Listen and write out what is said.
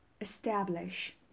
establish